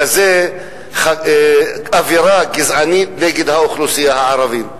לכזאת אווירה גזענית נגד האוכלוסייה הערבית.